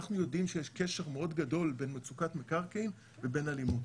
אנחנו יודעים שיש קשר מאוד גדול בין מצוקת מקרקעין ובין אלימות.